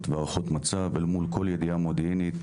והערכות מצב אל מול כל ידיעה מודיעינית.